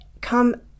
come